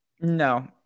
No